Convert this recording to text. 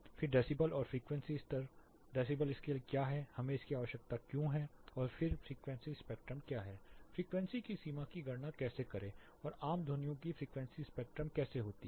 फिर डेसिबल और फ़्रीक्वेंसी स्तर डेसीबल स्केल क्या है हमें इसकी आवश्यकता क्यों है और फिर फ़्रीक्वेंसी स्पेक्ट्रम क्या है फ़्रीक्वेंसी की सीमा की गणना कैसे करें और आम ध्वनियों की फ़्रीक्वेंसीस्पेक्ट्रम कैसे होती है